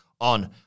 on